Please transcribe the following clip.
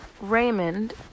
Raymond